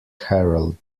herald